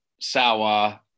sour